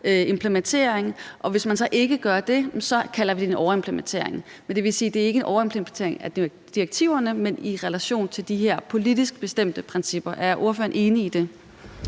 implementering, og hvis vi så ikke gør det, kalder man det en overimplementering. Det vil sige, at det ikke er en overimplementering af direktiverne, men i relation til de her politisk bestemte principper. Er ordføreren enig i det?